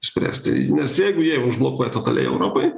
spręsti nes jeigu jie užblokuoja totaliai europai